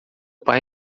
pai